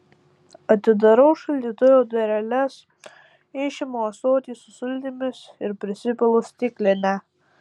atidarau šaldytuvo dureles išimu ąsotį su sultimis ir prisipilu stiklinę